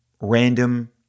random